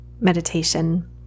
meditation